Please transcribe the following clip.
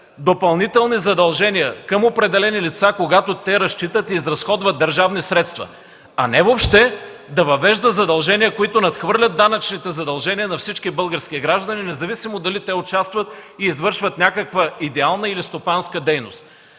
допълнителни задължения към определени лица, когато те разчитат и изразходват държавни средства, а не въобще да въвежда задължения, които надхвърлят данъчните задължения на всички български граждани, независимо дали участват и извършват някаква идеална или стопанска дейност.